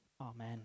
amen